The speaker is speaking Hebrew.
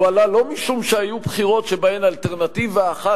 הוא עלה לא משום שהיו בחירות שבהן אלטרנטיבה אחת